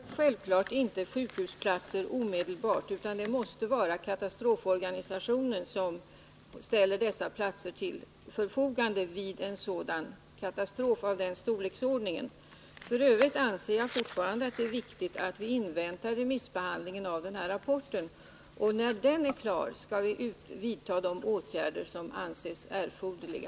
Fru talman! Vi har självfallet inte sjukhusplatser omedelbart. Det måste vara katastroforganisationen som ställer dessa platser till förfogande vid en katastrof av den storleksordning som det här är fråga om. F. ö. hävdar jag fortfarande att det är viktigt att vi inväntar remissbehandlingen av den av mig nämnda rapporten. Då den är klar skall vi vidta de åtgärder som anses erforderliga.